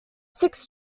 six